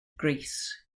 greece